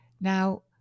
now